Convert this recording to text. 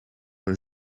een